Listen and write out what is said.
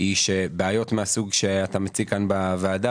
היא שבעיות מהסוג שאתה מציג כאן בוועדה,